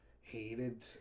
hated